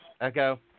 Echo